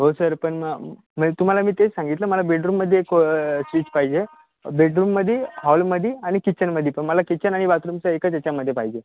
हो सर पण मग म्हणजे तुम्हाला मी तेच सांगितलं मला बेडरूममध्ये एक स्विच पाहिजे बेडरूममध्ये हॉलमध्ये आणि किचनमध्ये पण मला किचन आणि बाथरूमचं एकच याच्यामध्ये पाहिजे